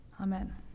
Amen